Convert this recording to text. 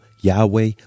Yahweh